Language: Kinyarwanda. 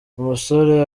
umusore